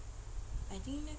I think